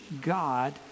God